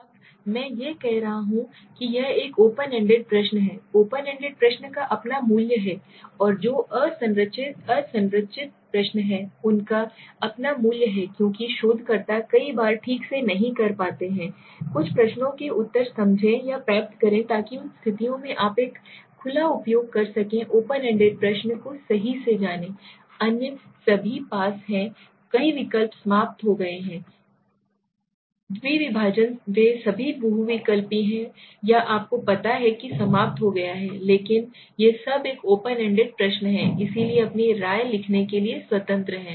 अब मैं कह रहा हूं कि यह एक ओपन एंडेड प्रश्न है ओपन एंडेड प्रश्न का अपना मूल्य है और जो असंरचित प्रश्न हैं उनका अपना मूल्य है क्योंकि शोधकर्ता कई बार ठीक से नहीं कर पाते हैं कुछ प्रश्नों के उत्तर समझें या प्राप्त करें ताकि उन स्थितियों से आप एक खुला उपयोग कर सकें ओपन एंडेड प्रश्न को सही से जानें अन्य सभी पास हैं कई विकल्प समाप्त हो गए हैं द्विविभाजन वे सभी बहुविकल्पी हैं या आपको पता है कि समाप्त हो गया है लेकिन ये सब एक ओपन एंडेड प्रश्न हैइसलिए अपनी राय लिखने के लिए स्वतंत्र है